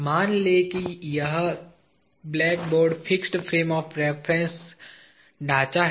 मान लें कि यह blackboard fix frame of reference ढांचा है